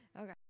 Okay